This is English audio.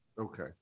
Okay